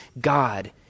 God